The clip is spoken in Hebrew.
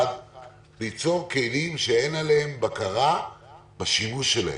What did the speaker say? ליצור כלים שאין בקרה על השימוש שלהם.